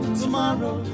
tomorrow